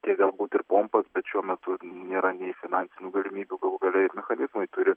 tiek galbūt ir pompas bet šiuo metu nėra nei finansinių galimybių galų gale ir mechanizmai turi